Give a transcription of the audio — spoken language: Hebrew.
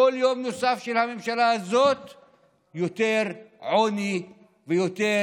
בכל יום נוסף של הממשלה הזו יש יותר עוני ויותר